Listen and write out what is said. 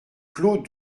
clos